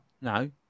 No